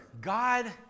God